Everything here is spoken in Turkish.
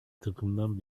takımdan